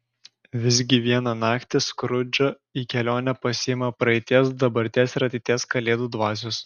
visgi vieną naktį skrudžą į kelionę pasiima praeities dabarties ir ateities kalėdų dvasios